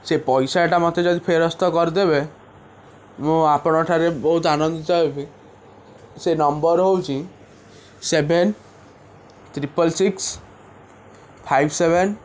ସେ ପଇସାଟା ମୋତେ ଯଦି ପେରସ୍ତ କରିଦେବେ ମୁଁ ଆପଣଙ୍କଠାରେ ବହୁତ ଆନନ୍ଦିତ ହେବି ସେ ନମ୍ବର ହଉଛି seven triple six five seven